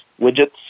widgets